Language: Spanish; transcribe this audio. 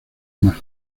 más